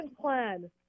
plan